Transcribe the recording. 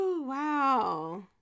Wow